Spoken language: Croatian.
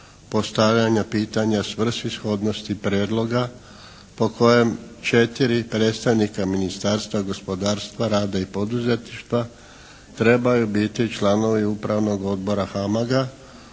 postavljanja pitanja svrsishodnosti prijedloga po kojem 4 predstavnika Ministarstva gospodarstva, rada i poduzetništva trebaju biti članovi Upravnog odbora HAMAG-a